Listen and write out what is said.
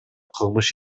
кылмыш